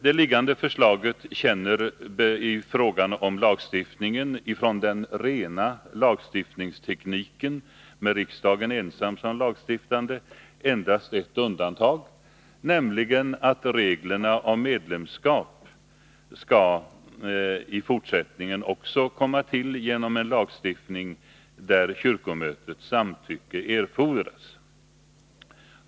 Det liggande förslaget känner i fråga om lagstiftningen endast ett undantag från den rena lagstiftningsprincipen, med riksdagen ensam som lagstiftande, nämligen att reglerna om medlemskap i fortsättningen skall komma till genom en lagstiftning där kyrkomötets samtycke erfordras.